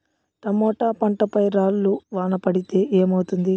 Tomato పంట పై రాళ్లు వాన పడితే ఏమవుతుంది?